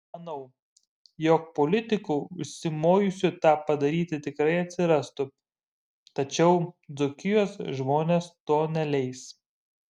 manau jog politikų užsimojusių tą padaryti tikrai atsirastų tačiau dzūkijos žmonės to neleis